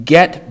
Get